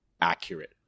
accurate